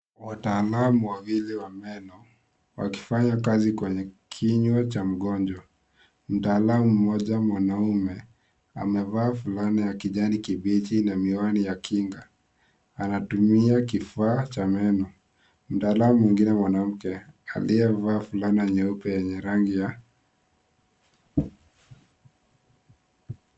Wataalamu wawili wa meno wakifanya kazi kwenye kinywa cha mgonjwa. Mtaalamu mmoja mwanaume amevaa fulana ya kijani kibichi na miwani ya kinga. Anatumia kifaa cha meno. Mtaalamu mwengine mwanamke aliyevaa fulana nyeupe yenye rangi ya...